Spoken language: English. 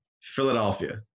Philadelphia